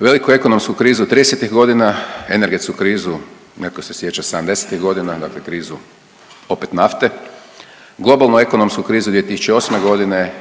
Veliku ekonomsku krizu '30.-ih godina, energetsku krizu netko se sjeća '70.-ih godina dakle krizu opet nafte, globalno ekonomsku krizu 2008. godine